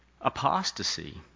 apostasy